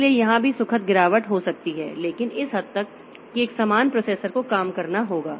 इसलिए यहां भी सुखद गिरावट हो सकती है लेकिन इस हद तक कि एक समान प्रोसेसर को काम करना होगा